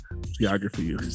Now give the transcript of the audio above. Geography